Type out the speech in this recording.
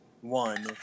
one